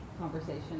conversation